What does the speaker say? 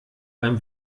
beim